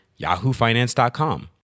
YahooFinance.com